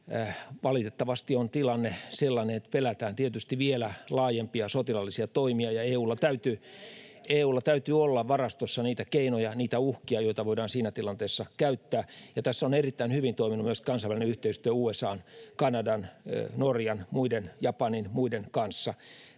Valitettavasti on tilanne sellainen, että pelätään tietysti vielä laajempia sotilaallisia toimia, [Ben Zyskowiczin välihuuto] ja EU:lla täytyy olla varastossa niitä keinoja, niitä uhkia, joita voidaan siinä tilanteessa käyttää. Tässä on erittäin hyvin toiminut myöskin kansainvälinen yhteistyö USA:n, Kanadan, Norjan, Japanin ja